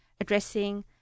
addressing